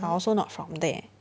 I also not from there